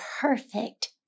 perfect